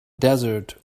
desert